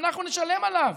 שאנחנו נשלם עליו.